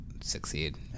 succeed